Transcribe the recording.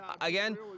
again